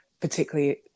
particularly